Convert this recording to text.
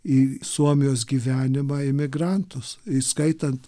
į suomijos gyvenimą emigrantus įskaitant